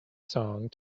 song